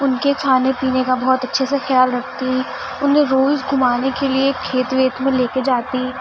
ان کے کھانے پینے کا بہت اچھے سے خیال رکھتی انہیں روز گھمانے کے لیے کھیت ویت میں لے کے جاتی